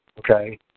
Okay